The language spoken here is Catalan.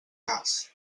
cas